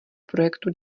projektu